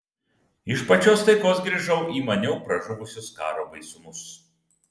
iš pačios taikos grįžau į maniau pražuvusius karo baisumus